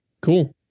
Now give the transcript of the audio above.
Cool